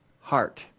heart